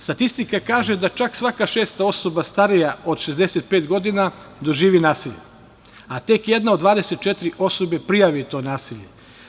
Statistika kaže da čak svaka šesta osoba starija od 65 godina doživi nasilje, a tek jedna od 24 osobe prijavi to nasilje.